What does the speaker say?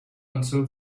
until